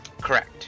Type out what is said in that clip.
Correct